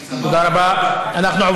סטטוטורית.